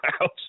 out